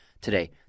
today